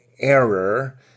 error